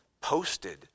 posted